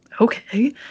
Okay